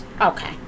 okay